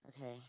okay